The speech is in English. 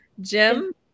Jim